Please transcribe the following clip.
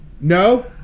No